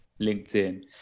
LinkedIn